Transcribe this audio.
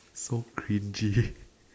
so cringy